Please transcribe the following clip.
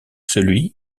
celui